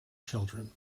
children